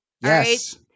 yes